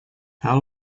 how